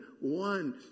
one